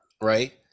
Right